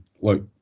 Look